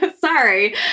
Sorry